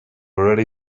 already